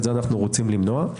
את זה אנו רוצים למנוע.